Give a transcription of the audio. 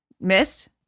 missed